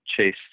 Chase